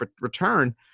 return